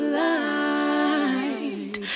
light